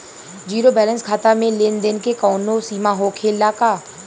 Zero balance खाता में लेन देन के कवनो सीमा होखे ला का?